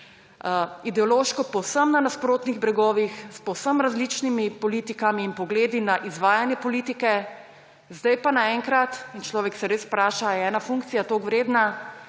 Ideološko povsem na nasprotnih bregovih, s povsem različnimi politikami in pogledi na izvajanje politike, zdaj naenkrat – in človek se res vpraša, ali je ena funkcija toliko vredna